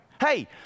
Hey